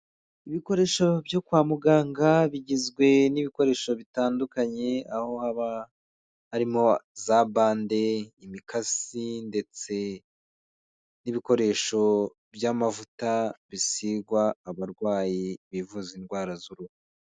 Ibikoresho byo kwa muganga bigizwe n'ibikoresho bitandukanye, aho haba harimo za bande, imikasi, ndetse n'ibikoresho by'amavuta bisigwa abarwayi bivuza indwara z'uruhu.